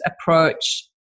approach